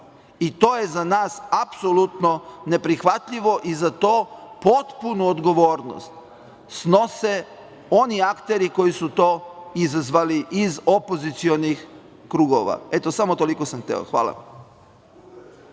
I to je za nas apsolutno neprihvatljivo i za to potpunu odgovornost snose oni akteri koji su to izazvali iz opozicionih krugova. Eto, samo toliko sam hteo. Hvala.